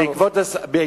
אני ממש מסיים.